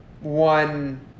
one